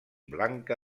blanca